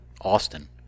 Austin